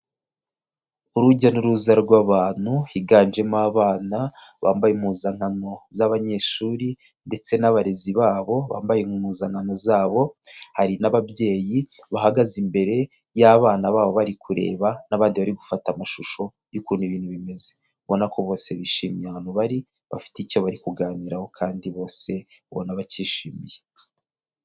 Urujya n'uruza rw'abantu higanjemo abana bambaye impuzankano z'abanyeshuri ndetse n'abarezi babo bambaye impuzankano zabo, hari n'ababyeyi bahagaze imbere y'abana babo bari kureba n'abandi bari gufata amashusho y'ukuntu ibintu bimeze, ubonako bose bishimiye ahantu bari bafite icyo bari kuganiraho kandi bose ubona bacyishimiye.